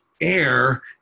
air